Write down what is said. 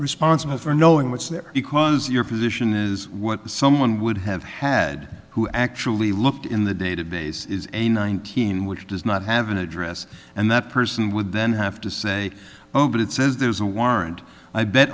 responsible for knowing what's there because your position is what someone would have had who actually looked in the database is a nineteen which does not have an address and that person would then have to say oh but it says there's a warrant i bet